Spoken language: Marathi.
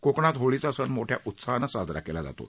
कोकणात होळीचा सण मोठ्या उत्साहानं साजरा केला जातो